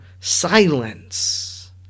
silence